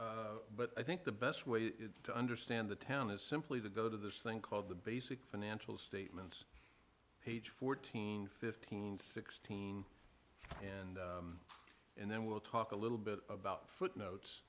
it but i think the best way to understand the town is simply to go to this thing called the basic financial statements page fourteen fifteen sixteen and and then we'll talk a little bit about footnotes